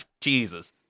Jesus